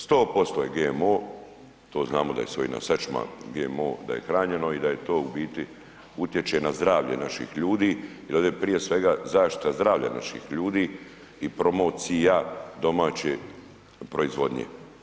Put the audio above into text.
100% je GMO, to znamo da ... GMO da je hranjeno i da je to u biti utječe na zdravlje naših ljudi jer ovdje je prije svega zaštita zdravlja naših ljudi i promocija domaće proizvodnje.